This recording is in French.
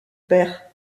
père